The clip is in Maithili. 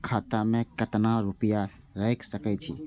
खाता में केतना रूपया रैख सके छी?